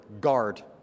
guard